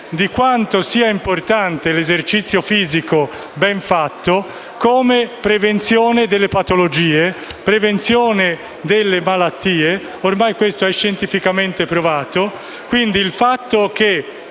di quanto sia importante l'esercizio fisico ben fatto come prevenzione delle patologie e delle malattie. Questo è ormai scientificamente provato, quindi il fatto che